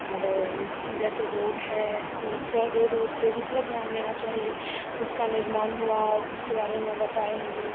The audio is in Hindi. और जैसे रोड है थोड़ा रोड उड़ पे भी थोड़ा ध्यान देना चाहिए उसका निर्माण हुआ उसके बारे में बताएंगी